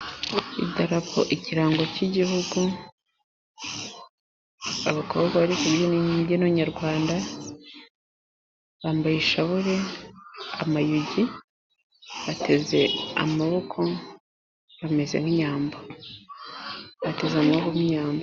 Idarapo ikirango k'Igihugu, abakobwa bari kubyina imbyino nyarwanda, bambaye ishabure, amayugi, bateze amaboko bameze nk'inyambo bateze amaboko nk' inyambo.